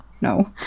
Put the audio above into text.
No